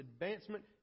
advancement